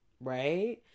right